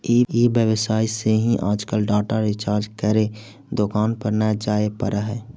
ई व्यवसाय से ही आजकल डाटा रिचार्ज करे दुकान पर न जाए पड़ऽ हई